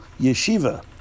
yeshiva